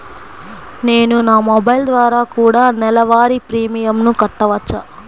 నేను నా మొబైల్ ద్వారా కూడ నెల వారి ప్రీమియంను కట్టావచ్చా?